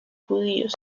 judíos